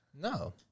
No